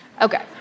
Okay